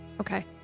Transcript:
Okay